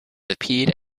appeared